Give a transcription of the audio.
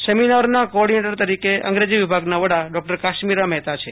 સેમિનારના coordinator તરીક અંગ્રેજી વિભાગના વડા ડોકટર કાશ્મીરા મહેતા છે